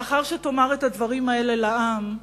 לאחר שתאמר את הדברים האלה לעם,